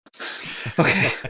Okay